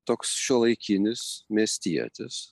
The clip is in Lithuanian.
toks šiuolaikinis miestietis